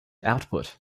output